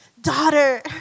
daughter